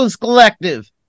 Collective